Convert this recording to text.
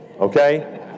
okay